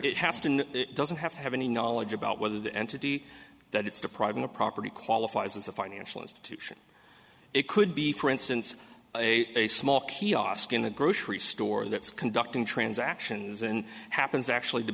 and it doesn't have to have any knowledge about whether the entity that it's depriving the property qualifies as a financial institution it could be for instance a a small kiosk in a grocery store that is conducting transactions and happens actually to